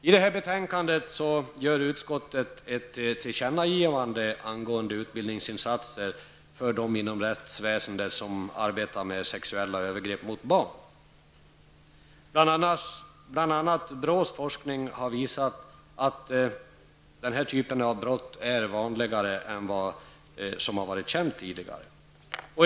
I betänkandet gör utskottet ett tillkännagivande angående utbildningsinsatser när det gäller de inom rättsväsendet som arbetar med sexuella övergrepp mot barn. Bl.a. har BRÅs forskning visat att denna typ av brott är vanligare än vad som tidigare har varit känt.